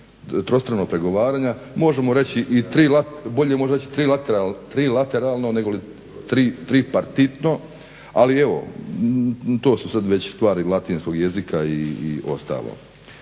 trostrano pregovaranje, možemo reći i trilateralno negoli tripartitno, ali evo to su sada već stvari latinskog jezika i ostalo.